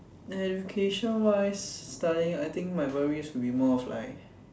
the location wise studying I think my worry should be more of like